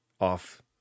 off